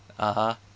(uh huh)